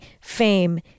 fame